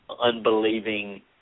unbelieving